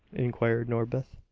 inquired norbith.